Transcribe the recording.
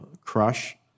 crush